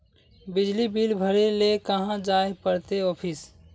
बिजली बिल भरे ले कहाँ जाय पड़ते ऑफिस?